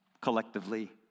collectively